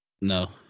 No